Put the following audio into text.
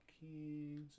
kings